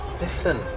Listen